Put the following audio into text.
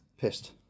Pissed